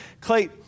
Clay